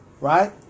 right